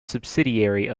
subsidiary